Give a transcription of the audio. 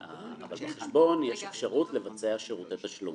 בחשבון יש אפשרות לבצע שירותי תשלום.